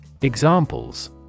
Examples